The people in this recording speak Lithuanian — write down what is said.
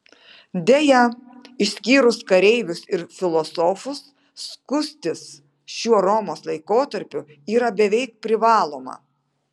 deja išskyrus kareivius ir filosofus skustis šiuo romos laikotarpiu yra beveik privaloma